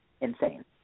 insane